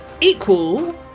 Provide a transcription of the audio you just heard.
equal